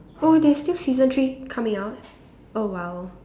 oh there's still season three coming out oh !wow!